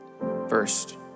First